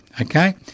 Okay